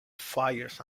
fierce